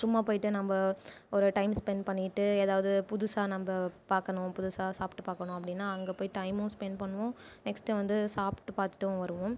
சும்மா போயிட்டு நம்ம ஒரு டைம் ஸ்பென்ட் பண்ணிகிட்டு ஏதாவது புதுசாக நம்ம பார்க்கணும் புதுசாக சாப்பிட்டு பார்க்கணும் அப்படின்னா அங்கே போய் டைமும் ஸ்பென்ட் பண்ணுவோம் நெக்ஸ்ட்டு வந்து சாப்பிட்டு பார்த்துட்டும் வருவோம்